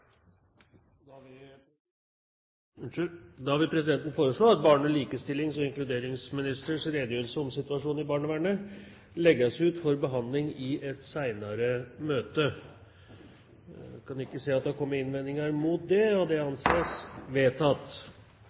vil foreslå at barne-, likestillings- og inkluderingsministerens redegjørelse om situasjonen i barnevernet legges ut for behandling i et senere møte. – Ingen innvendinger er kommet mot dette forslaget, og det anses vedtatt.